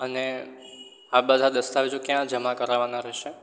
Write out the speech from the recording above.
અને આ બધા દસ્તાવેજો ક્યાં જમા કરાવવાનાં રહેશે